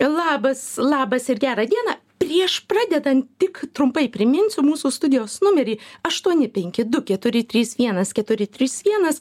labas labas ir gerą dieną prieš pradedant tik trumpai priminsiu mūsų studijos mumerį aštuoni penki du keturi trys vienas keturi trys vienas